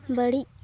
ᱵᱟᱹᱲᱤᱡ